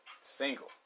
Single